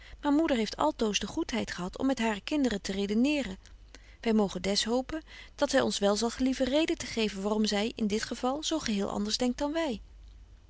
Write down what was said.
maar moeder heeft altoos de goedheid gehad om met hare kinderen te redeneeren wy mogen des hopen dat zy ons wel zal gelieven reden te geven waarom zy in dit geval zo geheel anders denkt dan wy